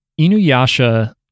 Inuyasha